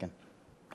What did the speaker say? כן.